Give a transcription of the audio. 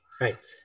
Right